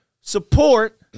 support